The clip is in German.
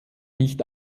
nicht